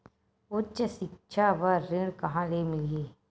उच्च सिक्छा बर ऋण कहां ले मिलही?